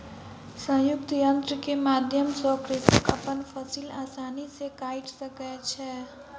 संयुक्तक यन्त्र के माध्यम सॅ कृषक अपन फसिल आसानी सॅ काइट सकै छै